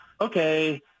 okay